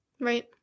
Right